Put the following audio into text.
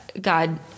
God